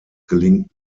gelingt